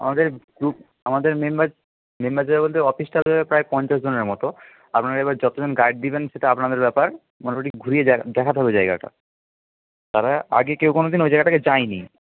আমাদের গ্রুপ আমাদের member member যাবে বলতে অফিস স্টাফেরা প্রায় পঞ্চাশ জনের মতো আপনারা এবার যতজন গাইড দেবেন সেটা আপনাদের ব্যাপার মোটামুটি ঘুরিয়ে দেখাতে হবে জায়গাটা তারা আগে কেউ কোনোদিন ওই জায়গাটাতে যায়নি